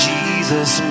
Jesus